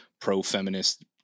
pro-feminist